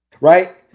Right